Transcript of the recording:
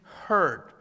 heard